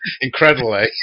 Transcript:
Incredibly